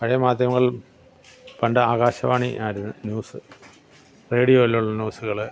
പഴയ മാധ്യമങ്ങൾ പണ്ട് ആകാശവാണി ആയിരുന്നു ന്യൂസ് റേഡിയോയിൽ ഉള്ള ന്യൂസുകള്